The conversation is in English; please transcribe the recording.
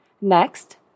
Next